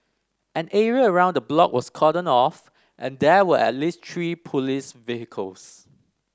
an area around the block was cordoned off and there were at least three police vehicles